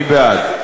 אני בעד.